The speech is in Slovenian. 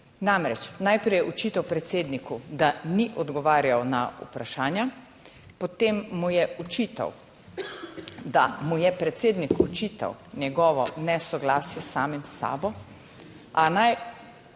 Namreč, najprej je očital predsedniku, da ni odgovarjal na vprašanja, potem mu je očital, da mu je predsednik očital njegovo nesoglasje s samim s sabo. A naj,